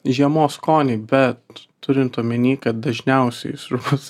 žiemos skoniai bet turint omeny kad dažniausiai sriubas